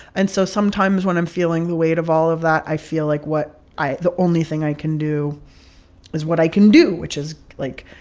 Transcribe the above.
and so sometimes when i'm feeling the weight of all of that, i feel like what i the only thing i can do is what i can do, which is, like,